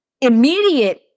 immediate